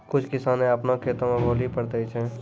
कुछ किसाने अपनो खेतो भौली पर दै छै